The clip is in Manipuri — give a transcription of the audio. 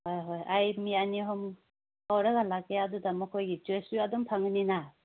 ꯍꯣꯏ ꯍꯣꯏ ꯑꯩ ꯃꯤ ꯑꯅꯤ ꯑꯍꯨꯝ ꯀꯧꯔꯒ ꯂꯥꯛꯀꯦ ꯑꯗꯨꯗ ꯃꯈꯣꯏꯒꯤ ꯗ꯭ꯔꯦꯁꯁꯨ ꯑꯗꯨꯝ ꯐꯪꯒꯅꯤꯅ